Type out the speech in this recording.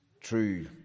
true